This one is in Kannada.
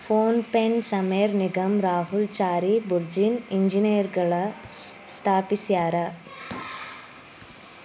ಫೋನ್ ಪೆನ ಸಮೇರ್ ನಿಗಮ್ ರಾಹುಲ್ ಚಾರಿ ಬುರ್ಜಿನ್ ಇಂಜಿನಿಯರ್ಗಳು ಸ್ಥಾಪಿಸ್ಯರಾ